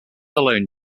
alone